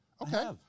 Okay